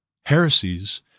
heresies